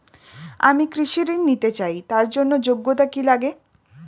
আমি কৃষি ঋণ নিতে চাই তার জন্য যোগ্যতা কি লাগে?